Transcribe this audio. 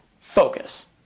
focus